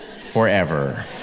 forever